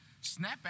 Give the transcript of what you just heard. snap